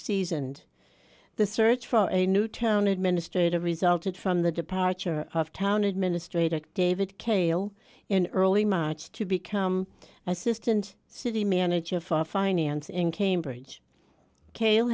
seasoned the search for a new town administrator resulted from the departure of town administrator david kale in early march to become assistant city manager for finance in cambridge cayle